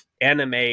anime